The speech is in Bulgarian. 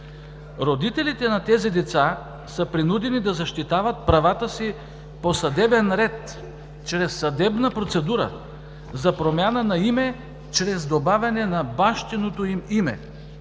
Родителите на тези деца са принудени да защитават правата си по съдебен ред чрез съдебна процедура за промяна на име, чрез добавяне на бащиното им име,